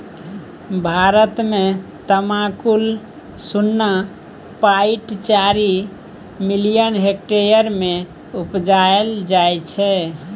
भारत मे तमाकुल शुन्ना पॉइंट चारि मिलियन हेक्टेयर मे उपजाएल जाइ छै